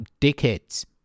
dickheads